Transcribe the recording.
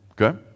Okay